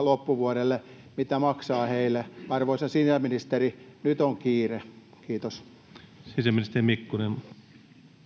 loppuvuodelle palkkaa, mitä maksaa heille. Arvoisa sisäministeri, nyt on kiire. — Kiitos. Sisäministeri Mikkonen.